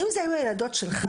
אם אלו היו הילדות שלך,